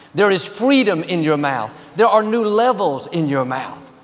there is freedom in your mouth. there are new levels in your mouth.